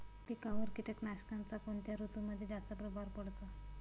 पिकांवर कीटकनाशकांचा कोणत्या ऋतूमध्ये जास्त प्रभाव पडतो?